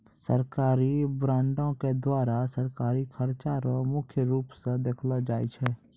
सरकारी बॉंडों के द्वारा सरकारी खर्चा रो मुख्य रूप स देखलो जाय छै